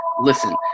listen